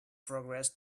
progress